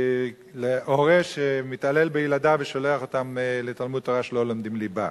הורה שמתעלל בילדיו ושולח אותם לתלמוד-תורה שלא לומדים שם ליבה.